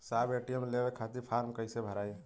साहब ए.टी.एम लेवे खतीं फॉर्म कइसे भराई?